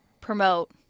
promote